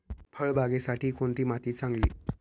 फळबागेसाठी कोणती माती चांगली?